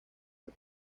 del